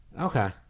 Okay